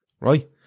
right